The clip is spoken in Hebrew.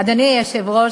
אדוני היושב-ראש,